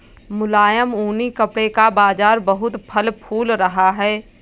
मुलायम ऊनी कपड़े का बाजार बहुत फल फूल रहा है